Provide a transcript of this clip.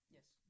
Yes